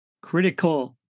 Critical